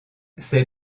ses